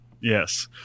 Yes